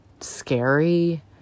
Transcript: scary